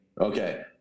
Okay